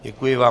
Děkuji vám.